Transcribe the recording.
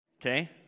Okay